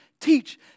teach